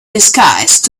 disguised